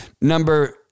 number